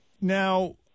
now